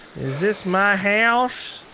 is this my house?